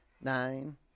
nine